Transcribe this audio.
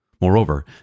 Moreover